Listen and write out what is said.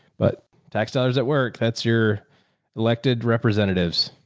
but tax dollars at work. that's your elected representatives.